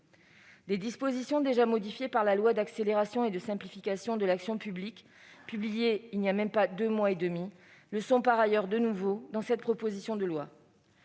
Les dispositions déjà modifiées par la loi d'accélération et de simplification de l'action publique, promulguée il n'y a même pas deux mois et demi, le sont, par ailleurs, de nouveau dans cette proposition de loi.